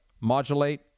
modulate